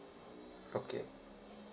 okay